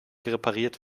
repariert